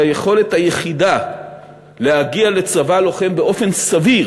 שהיכולת היחידה להגיע לצבא לוחם באופן סביר